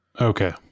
Okay